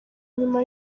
inyuma